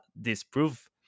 disprove